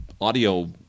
audio